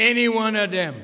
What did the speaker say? any one of them